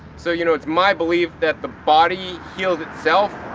so, you know, it's my belief that the body heals itself.